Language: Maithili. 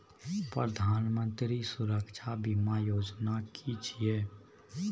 प्रधानमंत्री सुरक्षा बीमा योजना कि छिए?